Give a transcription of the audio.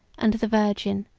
and the virgin,